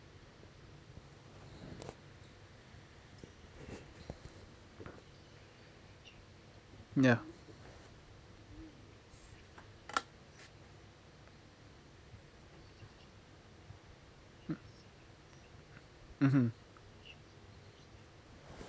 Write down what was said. ya mm mmhmm